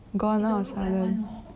gone out of a sudden